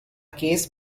case